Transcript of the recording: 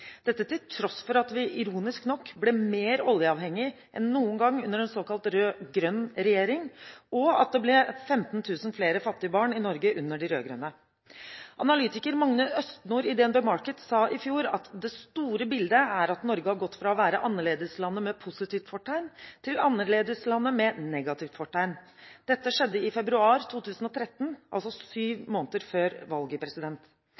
til tross for at vi, ironisk nok, ble mer oljeavhengig enn noen gang under en såkalt rød-grønn regjering, og at det ble 15 000 flere fattige barn i Norge under de rød-grønne. Analytiker Magne Østnor i DNB Markets sa i fjor at det store bildet er at Norge har gått fra å være annerledeslandet med positivt fortegn til annerledeslandet med negativt fortegn. Dette skjedde i februar 2013, altså syv måneder før valget.